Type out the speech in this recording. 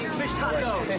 fish taco